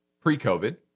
pre-COVID